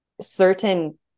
certain